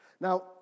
Now